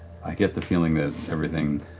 i get the feeling that everything